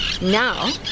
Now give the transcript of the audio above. Now